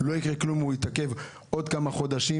לא יקרה כלום אם הוא יתעכב בעוד כמה חודשים.